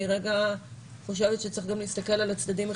אני חושבת שצריך להסתכל גם על הצדדים החיוביים,